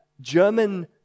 German